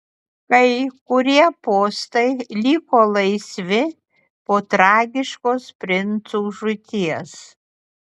kai kurie postai liko laisvi po tragiškos princų žūties